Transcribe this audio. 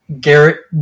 Garrett